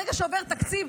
ברגע שעובר תקציב,